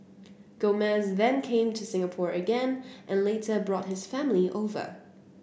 Gomez then came to Singapore again and later brought his family over